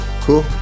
Cool